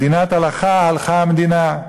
מדינת הלכה, הלכה המדינה.